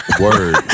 Word